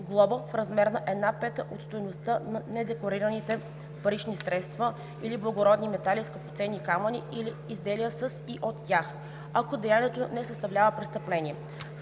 глоба в размер на една пета от стойността на недекларираните парични средства или благородни метали и скъпоценни камъни и изделия със и от тях, ако деянието не съставлява престъпление.